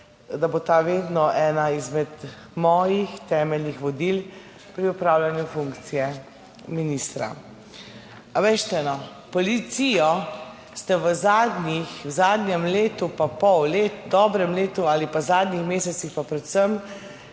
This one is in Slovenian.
da bo ta vedno ena izmed mojih temeljnih vodil pri opravljanju funkcije ministra. A bejžite no. Policijo ste v zadnjih, v zadnjem letu pa pol, dobrem letu ali pa v zadnjih mesecih pa predvsem